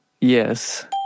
yes